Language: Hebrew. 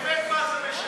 באמת מה זה משנה?